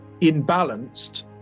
imbalanced